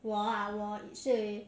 我啊我